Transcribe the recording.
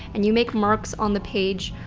and you make marks on the page.